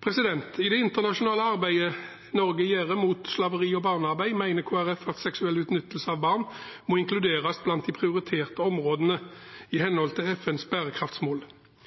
I det internasjonale arbeidet Norge gjør mot slaveri og barnearbeid, mener Kristelig Folkeparti at seksuell utnyttelse av barn må inkluderes i de prioriterte områdene i henhold til FNs bærekraftsmål.